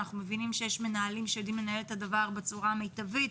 אנחנו מבינים שיש מנהלים שיודעים לנהל את הדבר בצורה המיטבית,